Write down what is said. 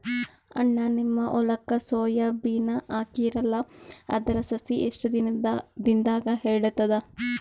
ಅಣ್ಣಾ, ನಿಮ್ಮ ಹೊಲಕ್ಕ ಸೋಯ ಬೀನ ಹಾಕೀರಲಾ, ಅದರ ಸಸಿ ಎಷ್ಟ ದಿಂದಾಗ ಏಳತದ?